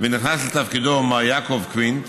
ונכנס לתפקידו מר יעקב קוינט,